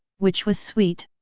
which was sweet.